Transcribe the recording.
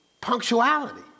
punctuality